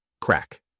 Crack